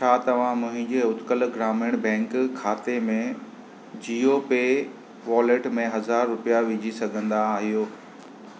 छा तव्हां मुंहिंजे उत्कल ग्रामीण बैंक खाते में जिओ पे वॉलेट में हज़ार रुपया विझी सघंदा आहियो